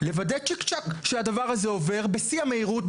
לוודא צ'יק צ'ק שהדבר הזה עובר בשיא המהירות,